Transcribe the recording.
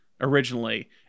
originally